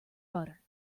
butter